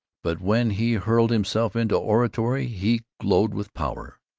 but when he hurled himself into oratory he glowed with power.